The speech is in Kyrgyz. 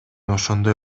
ошондой